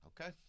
Okay